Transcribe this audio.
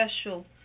special